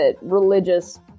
religious